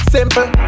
Simple